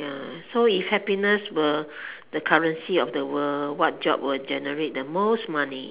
ya so if happiness were the currency of the world what job would generate the most money